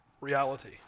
reality